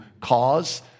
cause